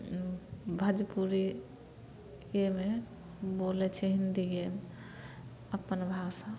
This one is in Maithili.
भोजपुरी इएहमे बोलै छै हिंदिए अपन भाषा